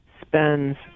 spends